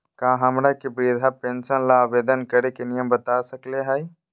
का हमरा के वृद्धा पेंसन ल आवेदन करे के नियम बता सकली हई?